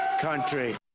country